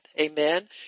amen